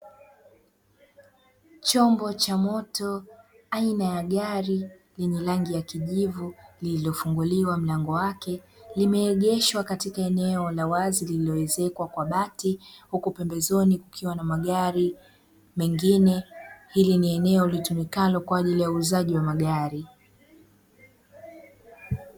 Chombo cha moto aina ya gari yenye rangi ya kijivu lililofunguliwa mlango wake, limeegeshwa katika eneo la wazi lililoezekwa kwa bati huku pembezoni kukiwa na magari mengine, hili ni eneo litumikalo kwa ajili ya uuzaji wa magari.